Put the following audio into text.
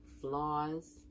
flaws